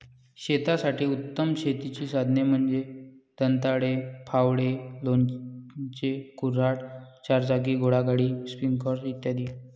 शेतासाठी उत्तम शेतीची साधने म्हणजे दंताळे, फावडे, लोणचे, कुऱ्हाड, चारचाकी घोडागाडी, स्प्रिंकलर इ